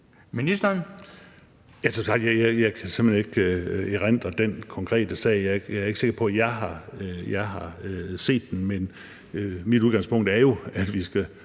jeg simpelt hen ikke erindre den konkrete sag. Jeg er ikke sikker på, at jeg har set den. Men mit udgangspunkt er jo, at vi så